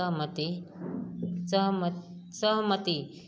सहमति सहम् सहमति